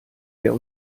der